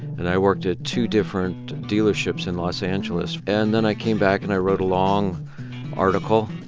and i worked at two different dealerships in los angeles. and then i came back and i wrote a long article.